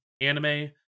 anime